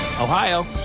Ohio